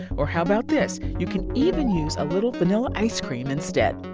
or how about this you can even use a little vanilla ice cream instead